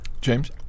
James